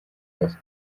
hose